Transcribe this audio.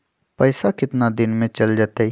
पैसा कितना दिन में चल जतई?